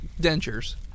dentures